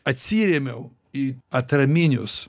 atsirėmiau į atraminius